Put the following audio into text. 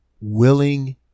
willing